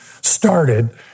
started